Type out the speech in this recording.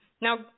Now